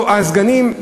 או הסגנים?